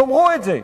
תאמרו את זה.